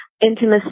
intimacy